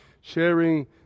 sharing